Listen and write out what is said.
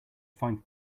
find